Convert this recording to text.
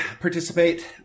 participate